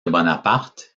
bonaparte